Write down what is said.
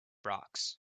rocks